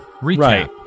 Recap